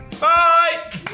Bye